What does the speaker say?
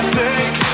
take